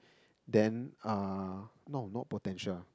then uh no not potential